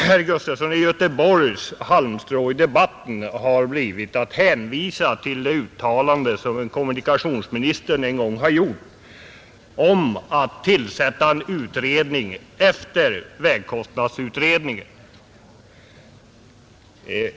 Herr Gustafsons i Göteborg halmstrå i debatten har blivit det uttalande som kommunikationsministern en gång gjort om att tillsätta en utredning efter vägkostnadsutredningen; till det hänvisar herr Gustafson.